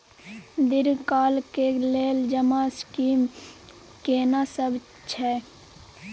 दीर्घ काल के लेल जमा स्कीम केना सब छै?